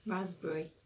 Raspberry